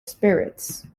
spirits